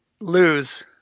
lose